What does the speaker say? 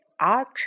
Arch